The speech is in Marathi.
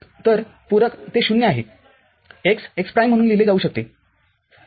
तर पूरक ते ० आहेx x प्राइम म्हणून लिहिले जाऊ शकते ठीक आहे